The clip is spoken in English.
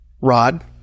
rod